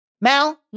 Mal